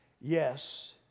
Yes